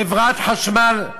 חברת חשמל,